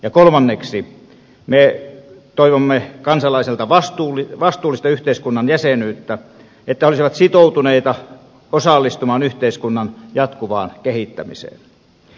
ja kolmanneksi me toivomme kansalaisilta vastuullista yhteiskunnan jäsenyyttä että he olisivat sitoutuneita osallistumaan yhteiskunnan jatkuvaan kehittämiseen